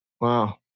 Wow